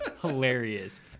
hilarious